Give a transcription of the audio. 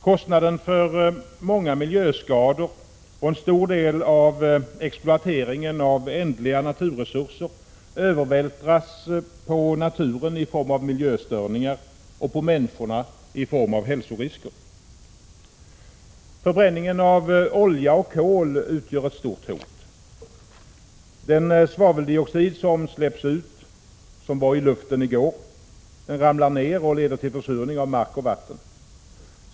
Kostnaden för många miljöskador och en stor del av exploateringen av ändliga naturresurser övervältras på naturen i form av miljö störningar och på människorna i form av hälsorisker. Förbränning av olja och kol utgör ett stort hot. Den svaveldioxid som släpps ut och som fanns i luften i går ramlar ner och leder till försurning av mark och vatten.